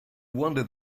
wonder